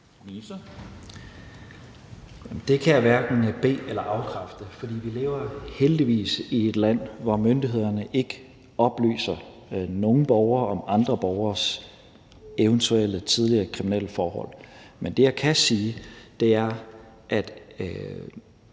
Det kan jeg hverken be- eller afkræfte, for vi lever heldigvis i et land, hvor myndighederne ikke oplyser nogen borgere om andre borgeres eventuelle tidligere kriminelle forhold. Men det, jeg kan sige, er, at